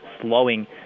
slowing